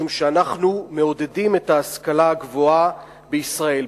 משום שאנחנו מעודדים את ההשכלה הגבוהה בישראל.